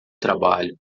trabalho